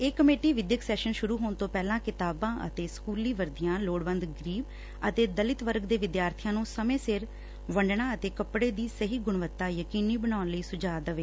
ਇਹ ਕਮੇਟੀ ਵਿੱਦਿਅਕ ਸੈਸ਼ਨ ਸ਼ੁਰੂ ਹੋਣ ਤੋਂ ਪਹਿਲਾਂ ਕਿਤਾਬਾਂ ਅਤੇ ਸਕੁਲੀ ਵਰਦੀਆਂ ਲੋੜਵੰਦ ਗ਼ਰੀਬ ਅਤੇ ਦਲਿਤ ਵਰਗ ਦੇ ਵਿਦਿਆਰਥੀਆਂ ਨੂੰ ਸਮੇਂ ਸਿਰ ਵੰਡਣਾ ਅਤੇ ਕੱਪੜੇ ਦੀ ਸਹੀ ਗੁਣਵੱਤਾ ਯਕੀਨੀ ਬਣਾਉਣ ਲਈ ਸੁਝਾਅ ਦੇਵੇ